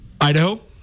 Idaho